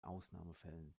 ausnahmefällen